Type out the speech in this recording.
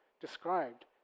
described